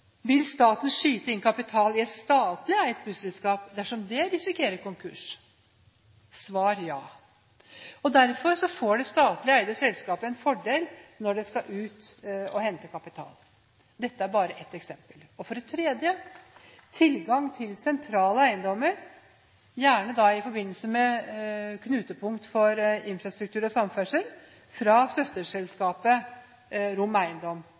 Vil staten skyte inn kapital i et statlig eid busselskap dersom det risikerer konkurs? Svaret er ja. Derfor får det statlig eide selskapet en fordel når det skal ut og hente kapital. Dette er bare ett eksempel. For det tredje: tilgang til sentrale eiendommer, gjerne i forbindelse med knutepunkt for infrastruktur og samferdsel, fra søsterselskapet Rom Eiendom.